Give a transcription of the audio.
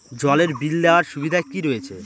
জলের বিল দেওয়ার সুবিধা কি রয়েছে?